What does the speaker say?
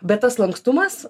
bet tas lankstumas